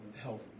Health